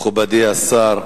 מכובדי השר,